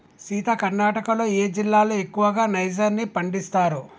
సీత కర్ణాటకలో ఏ జిల్లాలో ఎక్కువగా నైజర్ ని పండిస్తారు